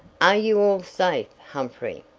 are you all safe, humphrey?